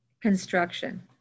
Construction